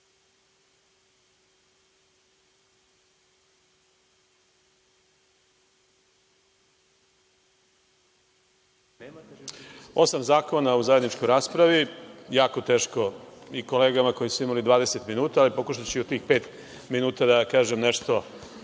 Osam zakona u zajedničkoj raspravi, jako teško i kolegama koji su imali 20 minuta, ali pokušaću i u tih pet minuta da kažem nešto